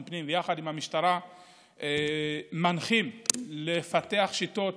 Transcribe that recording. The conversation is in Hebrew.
פנים ביחד עם המשטרה מנחים לפתח שיטות